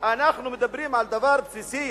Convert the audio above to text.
אנחנו מדברים על דבר בסיסי,